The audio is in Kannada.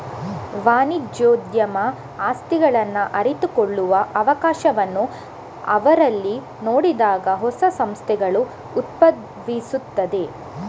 ವಾಣಿಜ್ಯೋದ್ಯಮ ಆಸಕ್ತಿಗಳನ್ನು ಅರಿತುಕೊಳ್ಳುವ ಅವಕಾಶವನ್ನು ಅವರಲ್ಲಿ ನೋಡಿದಾಗ ಹೊಸ ಸಂಸ್ಥೆಗಳು ಉದ್ಭವಿಸುತ್ತವೆ